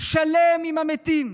שלם עם המתים.